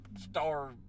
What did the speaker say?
Star